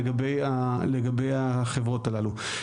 לגבי החברות הללו.